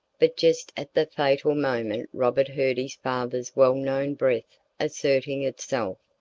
but just at the fatal moment robert heard his father's well-known breath asserting itself,